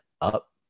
up